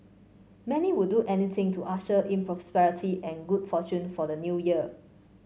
many would do anything to usher in prosperity and good fortune for the New Year